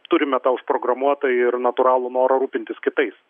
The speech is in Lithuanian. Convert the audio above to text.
turime tą užprogramuotą ir natūralų norą rūpintis kitais